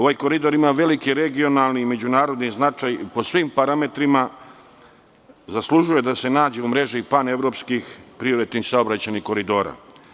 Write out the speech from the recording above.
Ovaj koridor ima veliki regionalni i međunarodni značaj i po svim parametrima zaslužuje da se nađe u mreži panevropskih prioritetnih saobraćajnih koridora.